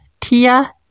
Tia